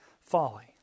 folly